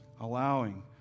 allowing